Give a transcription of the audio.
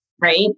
Right